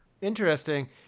Interesting